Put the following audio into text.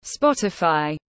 Spotify